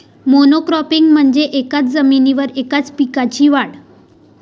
monocropping म्हणजे एकाच जमिनीवर एकाच पिकाची वाढ